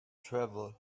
travel